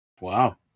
Wow